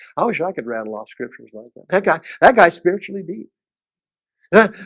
i wish i could rattle off scriptures like that. thank god that guy's spiritually beat yeah,